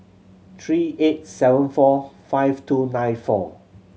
three eight seven four five two nine four